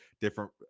different